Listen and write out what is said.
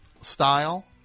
style